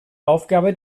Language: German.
aufgabe